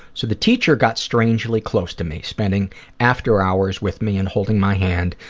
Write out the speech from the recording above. so, the teacher got strangely close to me, spending after-hours with me and holding my hand,